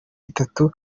itatu